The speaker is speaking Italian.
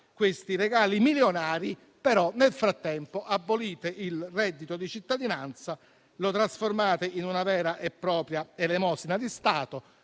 questi regali milionari, abolite però il reddito di cittadinanza e lo trasformate in una vera e propria elemosina di Stato.